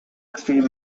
extreme